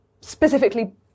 specifically